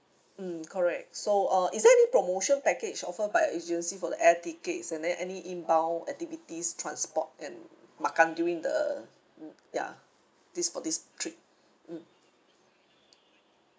mm correct so uh is there any promotion package offer by your agency for the air tickets and then any inbound activities transport and makan during the mm ya this for this trip mm